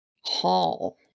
hall